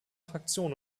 fraktion